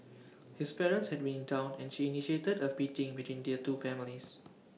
his parents had been in Town and she initiated A beating between their two families